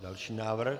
Další návrh.